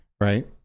right